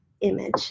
image